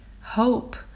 hope